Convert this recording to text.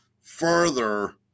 further